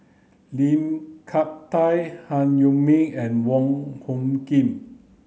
Lim Hak Tai Han Yong May and Wong Hung Khim